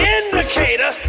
indicator